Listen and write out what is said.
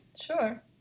sure